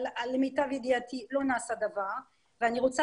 למיטב ידיעתי עד היום לא נעשה דבר ואני רוצה